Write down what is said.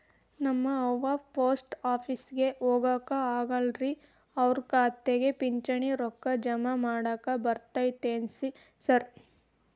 ನಮ್ ಅವ್ವ ಪೋಸ್ಟ್ ಆಫೇಸಿಗೆ ಹೋಗಾಕ ಆಗಲ್ರಿ ಅವ್ರ್ ಖಾತೆಗೆ ಪಿಂಚಣಿ ರೊಕ್ಕ ಜಮಾ ಮಾಡಾಕ ಬರ್ತಾದೇನ್ರಿ ಸಾರ್?